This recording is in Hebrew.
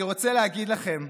אני רוצה להגיד לכם,